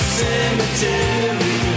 cemetery